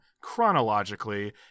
chronologically